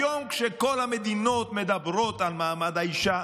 היום, כשכל המדינות מדברות על מעמד האישה,